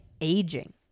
aging